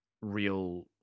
real